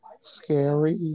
scary